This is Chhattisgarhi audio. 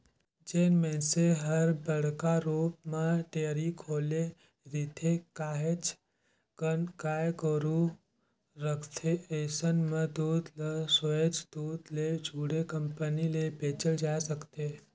जेन मइनसे हर बड़का रुप म डेयरी खोले रिथे, काहेच कन गाय गोरु रखथे अइसन मन दूद ल सोयझ दूद ले जुड़े कंपनी में बेचल जाय सकथे